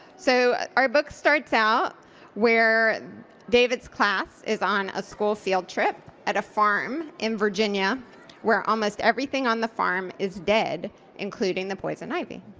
so our book starts out where david's class is on a school field trip at a farm in virginia where almost everything on the farm is dead including the poison ivy.